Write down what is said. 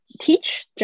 teach